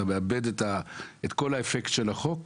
אתה מאבד את כל האפקט של החוק.